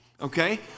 Okay